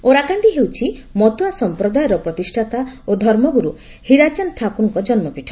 ଓରାକାଣ୍ଡି ହେଉଛି ମତୁଆ ସମ୍ପ୍ରଦାୟର ପ୍ରତିଷ୍ଠାତା ଓ ଧର୍ମଗୁରୁ ହୀରାଚାନ୍ଦ ଠାକୁରଙ୍କ ଜନ୍ମପୀଠ